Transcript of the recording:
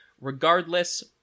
Regardless